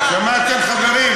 שמעתם, חברים?